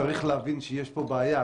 צריך להבין שיש פה בעיה,